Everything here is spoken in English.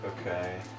Okay